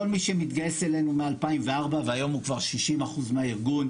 כל מי שמתגייס אלינו מ-2004 והיום הוא כבר 60% מהארגון,